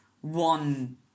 one